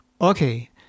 Okay